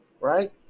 right